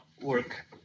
work